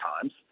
times